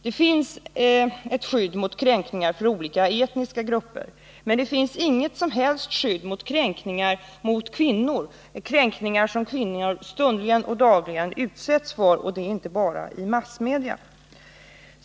Det finns ett skydd mot kränkningar av olika etniska grupper. Men det finns inget som helst skydd mot sådana kränkningar som kvinnor dagligen och stundligen utsätts för, och det inte bara i massmedia.